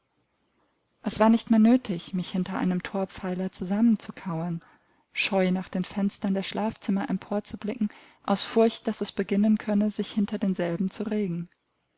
es war nicht mehr nötig mich hinter einem thorpfeiler zusammen zu kauern scheu nach den fenstern der schlafzimmer emporzublicken aus furcht daß es beginnen könne sich hinter denselben zu regen